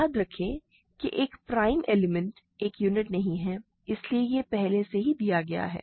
याद रखें कि एक प्राइम एलिमेंट एक यूनिट नहीं है इसलिए यह पहले से ही दिया गया है